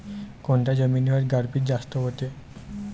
कोनच्या जमिनीवर गारपीट जास्त व्हते?